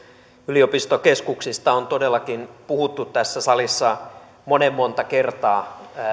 yliopistokeskuksista on todellakin puhuttu tässä salissa monen monta kertaa